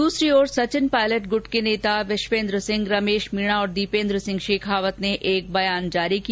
दूसरी ओर सचिन पायलट गुट के नेता विश्ववेंद्र सिंह रमेश मीणा और दीपेन्द्र सिंह शेखावत ने एक बयान जारी किया